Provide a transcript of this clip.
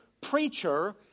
preacher